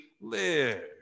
live